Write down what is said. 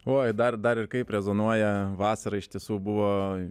oi dar dar ir kaip rezonuoja vasara iš tiesų buvo